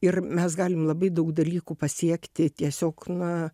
ir mes galim labai daug dalykų pasiekti tiesiog na